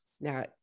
Now